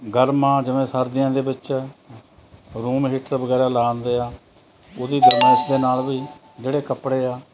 ਗਰਮ ਆ ਜਿਵੇਂ ਸਰਦੀਆਂ ਦੇ ਵਿੱਚ ਰੂਮ ਹੀਟਰ ਵਗੈਰਾ ਲਾ ਦਿੰਦੇ ਆ ਉਹਦੀ ਗਰਮਾਇਸ਼ ਦੇ ਨਾਲ ਵੀ ਜਿਹੜੇ ਕੱਪੜੇ ਆ